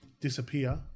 disappear